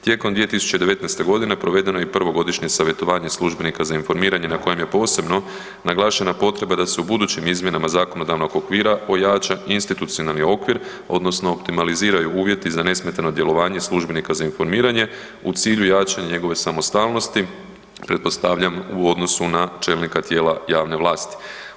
Tijekom 2019.g. provedeno je i prvo godišnje savjetovanje službenika za informiranje na kojem je posebno naglašena potreba da se u budućim izmjenama zakonodavnog okvira ojača institucionalni okvir odnosno optimaliziraju uvjeti za nesmetano djelovanje službenika za informiranje u cilju jačanja njegove samostalnosti, pretpostavljam u odnosu na čelnika tijela javne vlasti.